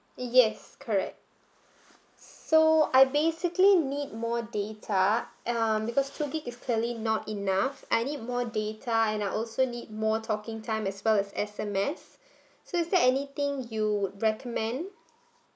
yes correct so I basically need more data um because two gigabyte is clearly not enough I need more data and I also need more talking time as well as as S_M_S so is there anything you would recommend